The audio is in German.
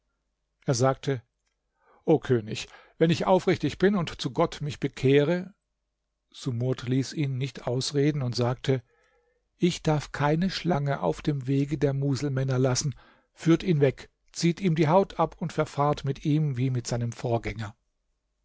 er sagte o könig wenn ich aufrichtig bin und zu gott mich bekehre sumurd ließ ihn nicht ausreden und sagte ich darf keine schlange auf dem wege der muselmänner lassen führt ihn weg zieht ihm die haut ab und verfahrt mit ihm wie mit seinem vorgänger